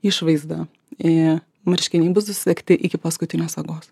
išvaizdą į marškiniai bus susegti iki paskutinės sagos